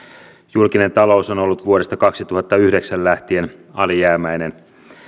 julkinen talous on ollut vuodesta kaksituhattayhdeksän lähtien alijäämäinen